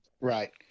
Right